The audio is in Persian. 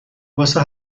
واسه